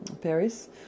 Paris